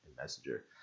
Messenger